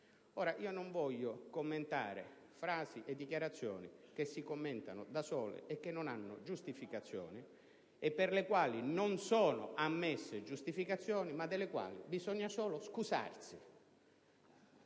Ora, non intendo commentare frasi e dichiarazioni - si commentano da sé - che non hanno giustificazioni e per le quali non sono ammesse giustificazioni, ma delle quali bisogna solo scusarsi.